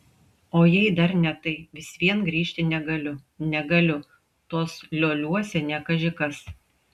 o jei dar ne tai vis vien grįžti negaliu negaliu tuos lioliuose ne kaži kas